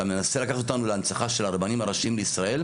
אתה מנסה לקחת אותנו להנצחה של הרבנים הראשיים לישראל?